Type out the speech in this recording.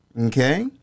Okay